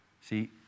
See